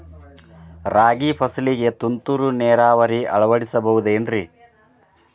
ರಾಗಿ ಫಸಲಿಗೆ ತುಂತುರು ನೇರಾವರಿ ಅಳವಡಿಸಬಹುದೇನ್ರಿ?